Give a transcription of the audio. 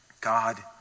God